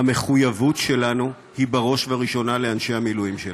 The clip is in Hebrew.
המחויבות שלנו היא בראש ובראשונה לאנשי המילואים שלנו.